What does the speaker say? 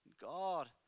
God